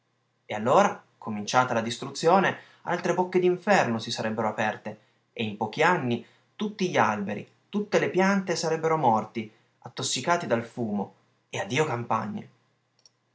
e allora cominciata la distruzione altre bocche d'inferno si sarebbero aperte e in pochi anni tutti gli alberi tutte le piante sarebbero morti attossicati dal fumo e addio campagne